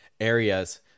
areas